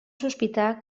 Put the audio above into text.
sospitar